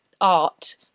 art